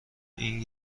این